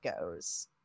goes